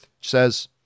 says